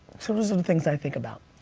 so those are the things i think about.